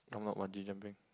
I'm not bungee jumping